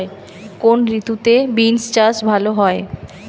কোন ঋতুতে বিন্স চাষ ভালো হয়?